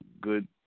good –